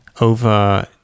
over